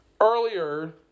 earlier